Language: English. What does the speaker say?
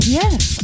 yes